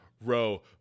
row